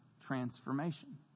transformation